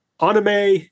anime